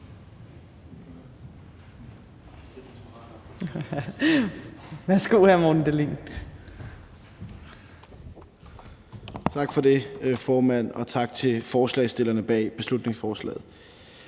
(Ordfører) Morten Dahlin (V): Tak for det, formand. Og tak til forslagsstillerne bag beslutningsforslaget.